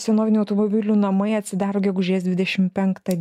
senovinių automobilių namai atsidaro gegužės dvidešim penktą